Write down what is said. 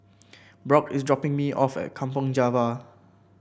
Brock is dropping me off at Kampong Java